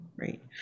Right